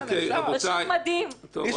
אין לתאר.